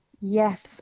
Yes